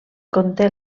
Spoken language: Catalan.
conté